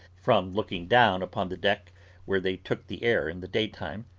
from looking down upon the deck where they took the air in the daytime,